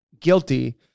guilty